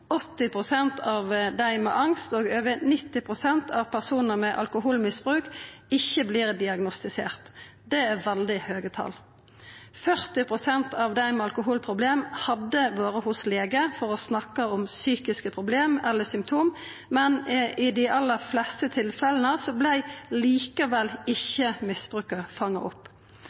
av depresjon, 80 pst. av dei med angst og over 90 pst. av personar med alkoholmisbruk ikkje vert diagnostiserte. Det er veldig høge tal. 40 pst. av dei med alkoholproblem hadde vore hos lege for å snakka om psykiske problem eller psykiske symptom, men i dei aller fleste tilfella vart likevel ikkje misbruket fanga opp.